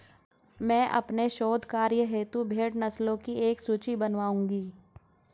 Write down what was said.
मैं अपने शोध कार्य हेतु भेड़ नस्लों की एक सूची बनाऊंगी